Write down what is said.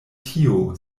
tio